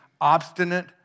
obstinate